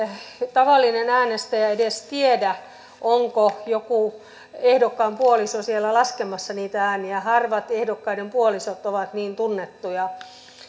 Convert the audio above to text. tavallinen äänestäjä edes tiedä onko joku ehdokkaan puoliso siellä laskemassa niitä ääniä harvat ehdokkaiden puolisot ovat niin tunnettuja